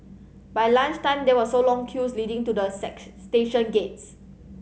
by lunch time there were so long queues leading to the sets station gates